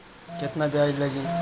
केतना ब्याज लागी?